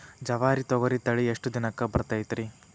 ಜವಾರಿ ತೊಗರಿ ತಳಿ ಎಷ್ಟ ದಿನಕ್ಕ ಬರತೈತ್ರಿ?